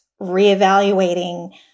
reevaluating